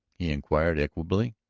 he inquired equably.